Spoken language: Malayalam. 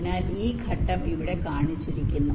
അതിനാൽ ഈ ഘട്ടം ഇവിടെ കാണിച്ചിരിക്കുന്നു